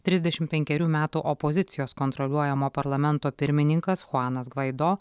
trisdešim penkerių metų opozicijos kontroliuojamo parlamento pirmininkas chuanas gvaido